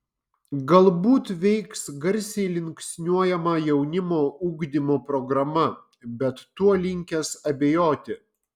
galbūt veiks garsiai linksniuojama jaunimo ugdymo programa bet tuo linkęs abejoti